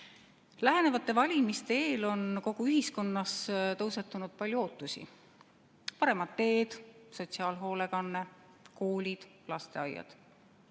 Lähenevate valimiste eel on kogu ühiskonnas tõusetunud palju ootusi: paremad teed, sotsiaalhoolekanne, koolid, lasteaiad.